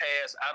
past